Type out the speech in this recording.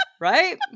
Right